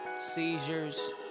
seizures